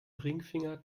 ringfinger